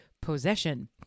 possession